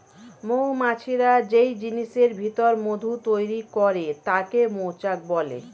মৌমাছিরা যেই জিনিসের ভিতর মধু তৈরি করে তাকে মৌচাক বলে